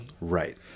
Right